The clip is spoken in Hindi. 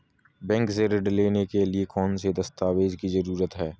बैंक से ऋण लेने के लिए कौन से दस्तावेज की जरूरत है?